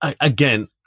Again